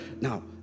Now